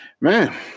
Man